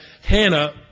Hannah